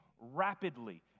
rapidly